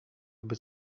być